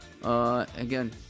Again